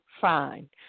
fine